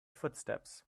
footsteps